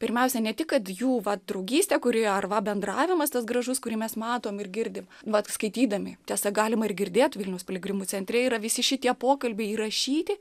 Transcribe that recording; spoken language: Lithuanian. pirmiausia ne tik kad jų draugystę kuri arba bendravimas tas gražus kurį mes matom ir girdi vat skaitydami tiesa galima ir girdėt vilniaus piligrimų centre yra visi šitie pokalbiai įrašyti